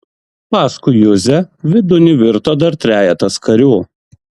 paskui juzę vidun įvirto dar trejetas karių